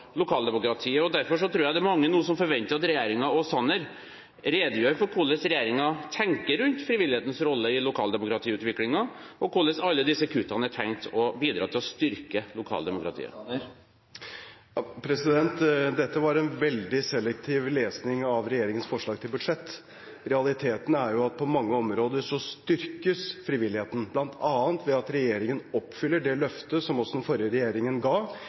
lokaldemokratiet. Derfor tror jeg det er mange nå som forventer at regjeringen og Sanner redegjør for hvordan regjeringen tenker rundt frivillighetens rolle i lokaldemokratiutviklingen, og hvordan alle disse kuttene er tenkt å bidra til å styrke lokaldemokratiet. Dette var en veldig selektiv lesning av regjeringens forslag til budsjett. Realiteten er at på mange områder styrkes frivilligheten, bl.a. ved at regjeringen oppfyller det løftet som også den forrige regjeringen ga,